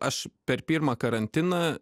aš per pirmą karantiną